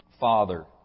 father